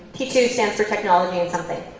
t-two stands for technology and something.